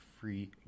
free